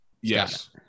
yes